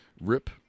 Rip